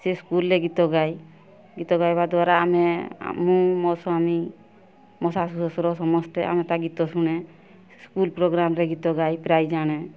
ସିଏ ସ୍କୁଲ୍ରେ ଗୀତ ଗାଏ ଗୀତ ଗାଇବା ଦ୍ୱାରା ଆମେ ମୁଁ ମୋ ସ୍ଵାମୀ ମୋ ଶାଶୁ ଶ୍ଵଶୁର ସମସ୍ତେ ଆମେ ତା' ଗୀତ ଶୁଣେ ସ୍କୁଲ୍ ପ୍ରୋଗ୍ରାମ୍ରେ ଗୀତ ଗାଇ ପ୍ରାଇଜ୍ ଆଣେ